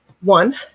one